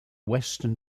western